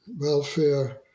welfare